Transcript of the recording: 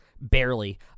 Barely